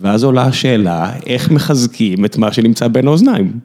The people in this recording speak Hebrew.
‫ואז עולה השאלה איך מחזקים ‫את מה שנמצא בין האוזניים.